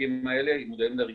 בתיקים האלה ומודעים לרגישות.